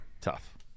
tough